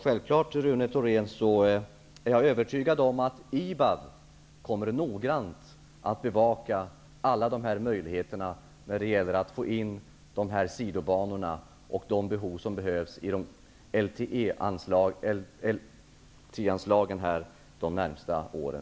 Fru talman! Jag är övertygad om att IBAB självfallet kommer att noggrant bevaka alla möjligheter att få in sidobanorna och att få LTA anslag de närmaste åren.